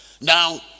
Now